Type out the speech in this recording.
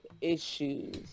issues